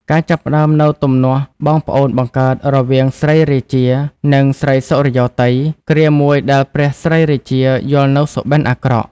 ការចាប់ផ្ដើមនូវទំនាស់បងប្អូនបង្កើតរវាង ស្រីរាជា និង ស្រីសុរិយោទ័យ គ្រាមួយដែលព្រះស្រីរាជា យល់នូវសុបិនអាក្រក់។